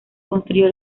construyó